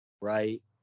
right